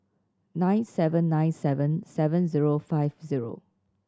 nine seven nine seven seven zero five zero